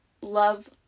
Love